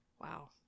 Wow